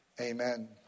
Amen